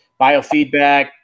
biofeedback